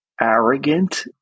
arrogant